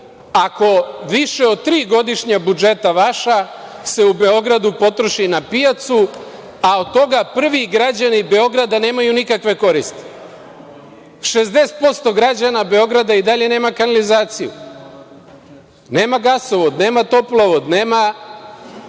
ako više od tri godišnja budžeta vaša se u Beogradu potroši na pijacu, a od toga prvi građani Beograda nemaju nikakve koristi? Dakle, 60% građana Beograda i dalje nema kanalizaciju, nema gasovod, nema toplovod, nema